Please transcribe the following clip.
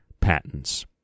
patents